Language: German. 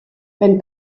wenn